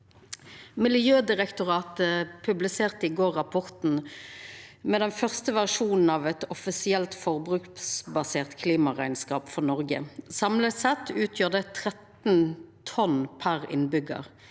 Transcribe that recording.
Miljødirektoratet publiserte i går rapporten med den første versjonen av eit offisielt forbruksbasert klimarekneskap for Noreg. Samla sett utgjer det 13 tonn per innbyggjar.